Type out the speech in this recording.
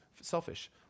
selfish